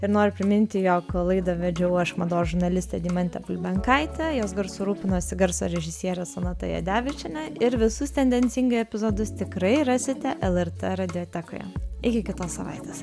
ir noriu priminti jog laidą vedžiau aš mados žurnalistė deimantė bulbenkaitė jos garsu rūpinosi garso režisierė sonata jadevičienė ir visus tendencingai epizodus tikrai rasite lrt radijotekoje iki kitos savaitės